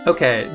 Okay